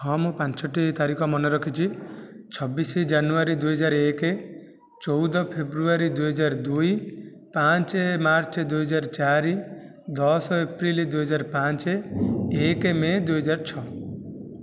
ହଁ ମୁଁ ପାଞ୍ଚଟି ତାରିଖ ମନେରଖିଛି ଛବିଶ ଜାନୁଆରୀ ଦୁଇହଜାର ଏକ ଚଉଦ ଫେବୃଆରୀ ଦୁଇହଜାର ଦୁଇ ପାଞ୍ଚ ମାର୍ଚ୍ଚ ଦୁଇହଜାର ଚାରି ଦଶ ଏପ୍ରିଲ୍ ଦୁଇହଜାର ପାଞ୍ଚ ଏକ ମେ' ଦୁଇହଜାର ଛଅ